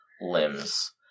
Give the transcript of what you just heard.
limbs